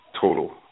Total